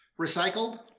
recycled